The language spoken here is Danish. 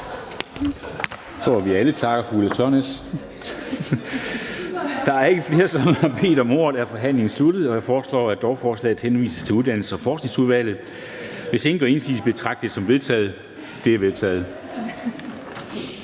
Da der ikke er flere, som har bedt om ordet, er forhandlingen sluttet. Jeg foreslår, at lovforslaget henvises til Uddannelses- og Forskningsudvalget. Hvis ingen gør indsigelse, betragter jeg det som vedtaget. Det er vedtaget.